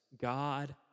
God